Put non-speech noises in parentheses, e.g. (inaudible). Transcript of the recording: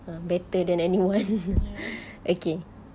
ah better than anyone (laughs) (breath) okay